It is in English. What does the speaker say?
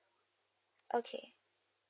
okay